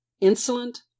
insolent